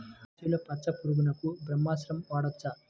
మిర్చిలో పచ్చ పురుగునకు బ్రహ్మాస్త్రం వాడవచ్చా?